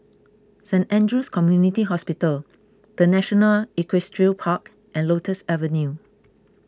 Saint andrew's Community Hospital the National Equestrian Park and Lotus Avenue